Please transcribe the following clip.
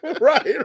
Right